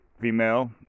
female